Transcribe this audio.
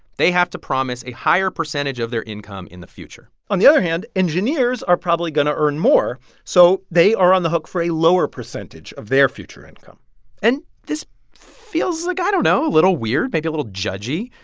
they, have to promise a higher percentage of their income in the future on the other hand, engineers are probably going to earn more, so they are on the hook for a lower percentage of their future income and this feels like i don't know a little weird, maybe a little judgy.